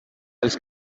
els